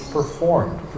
Performed